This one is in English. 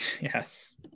Yes